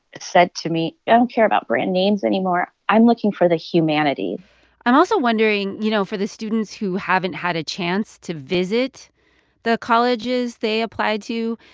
said to me, i don't care brand names anymore. i'm looking for the humanity i'm also wondering, you know, for the students who haven't had a chance to visit the colleges they applied to.